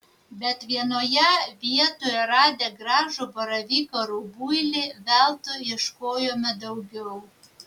bet vienoje vietoje radę gražų baravyką rubuilį veltui ieškojome daugiau